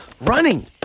Running